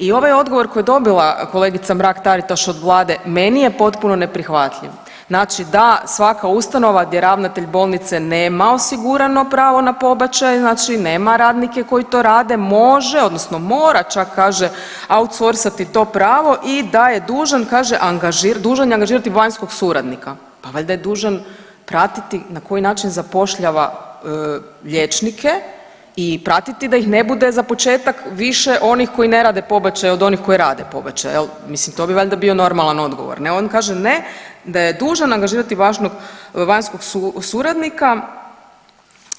I ovaj odgovor koji je dobila kolegica Mrak-Taritaš od vlade meni je potpuno neprihvatljiv, znači da svaka ustanova gdje ravnatelj bolnice nema osigurano pravo na pobačaj znači nema radnike koji to rade, može odnosno mora čak kaže outsorsati to pravo i da je dužan kaže angažirati, dužan je angažirati vanjskog suradnika, pa valjda je dužan pratiti na koji način zapošljava liječnike i pratiti da ih ne bude za početak više onih koji ne rade pobačaj od onih koji rade pobačaj jel, mislim to bi valjda bio normalan odgovor ne, on kaže ne da je dužan angažirati vanjskog suradnika